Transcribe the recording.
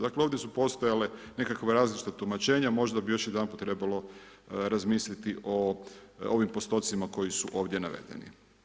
Dakle ovdje su postojale nekakva različita tumačenja, možda bi još jedanput trebalo razmisliti o ovim postocima koji su ovdje navedeni.